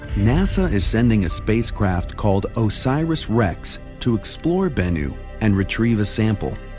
nasa is sending a spacecraft called osiris rex to explore bennu and retrieve a sample.